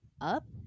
up